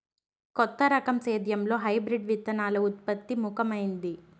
కొత్త రకం సేద్యంలో హైబ్రిడ్ విత్తనాల ఉత్పత్తి ముఖమైంది